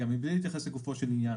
מבלי להתייחס לגופו של עניין,